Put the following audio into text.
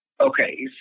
Okay